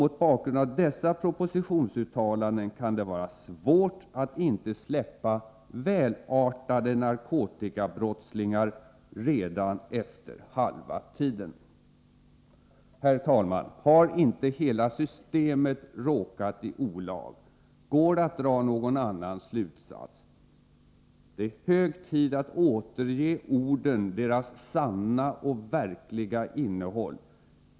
Mot bakgrund av dessa propositionsuttalanden kan det vara svårt att inte släppa ”välartade” narkotikabrottslingar redan efter halva tiden. Herr talman! Har inte hela systemet råkat i olag? Går det att dra någon annan slutsats? Det är hög tid att återge orden deras sanna och verkliga innehåll.